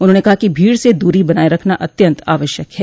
उन्होंने कहा कि भीड़ से दूरी बनाए रखना अत्यंत आवश्यक है